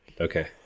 Okay